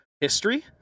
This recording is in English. history